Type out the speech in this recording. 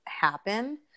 happen